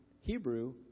Hebrew